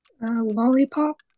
Lollipop